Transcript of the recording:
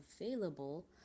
available